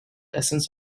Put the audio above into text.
essence